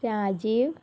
Rajeev